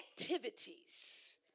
activities